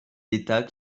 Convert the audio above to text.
d’état